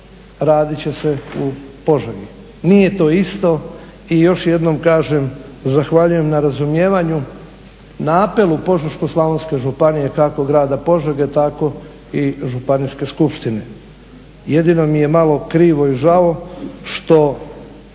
radit će se u Požegi. Nije to isto i još jednom kažem, zahvaljujem na razumijevanju, na apelu Požeško-slavonske županije, kako Grada Požege tako i Županijske skupštine. Jedino mi je malo krivo i žao što